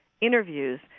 interviews